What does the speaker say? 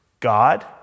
God